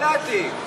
מה להעתיק?